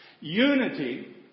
Unity